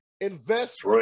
invest